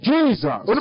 Jesus